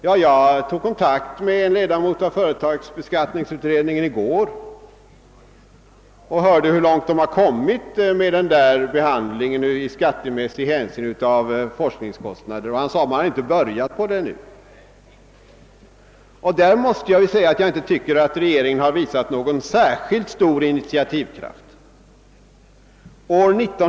Jag tog därför i går kontakt med en ledamot av utredningen för att höra hur långt man där kommit med behandlingen av frågan om forskningskostnadernas behandling 1 skattehänseende, och han sade att man inte har börjat behandla den frågan ännu. Därvidlag tycker jag alltså inte att regeringen har visat så särskilt stor initiativkraft.